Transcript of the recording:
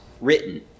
written